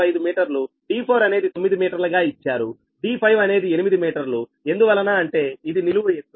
965 మీటర్లుd4 అనేది 9 మీటర్లు గా ఇచ్చారుd5 అనేది ఎనిమిది మీటర్లు ఎందువలన అంటే ఇది నిలువు ఎత్తు